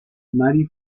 mary